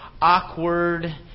awkward